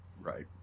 Right